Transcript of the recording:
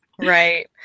Right